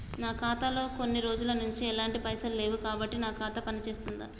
నా ఖాతా లో కొన్ని రోజుల నుంచి ఎలాంటి పైసలు లేవు కాబట్టి నా ఖాతా పని చేస్తుందా?